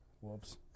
Whoops